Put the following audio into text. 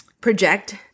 project